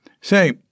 Say